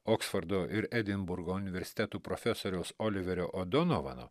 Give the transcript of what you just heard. oksfordo ir edinburgo universitetų profesoriaus oliverio odonovano